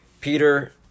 Peter